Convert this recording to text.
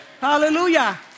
Hallelujah